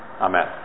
Amen